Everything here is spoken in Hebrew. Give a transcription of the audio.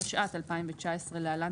התשע"ט-2019 (להלן,